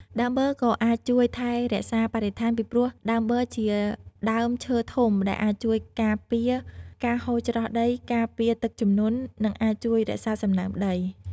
ដើមប័រក៏អាចជួយថែរក្សាបរិស្ថាន ពីព្រោះដើមបឺរជាដើមឈើធំដែលអាចជួយការពារការហូរច្រោះដី ការពារទឹកជំនន់ និងអាចជួយរក្សាសំណើមដី។